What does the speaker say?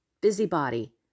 busybody